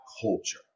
culture